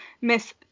Miss